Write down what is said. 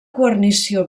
guarnició